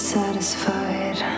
satisfied